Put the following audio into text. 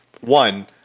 one